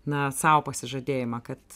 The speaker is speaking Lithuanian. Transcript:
na sau pasižadėjimą kad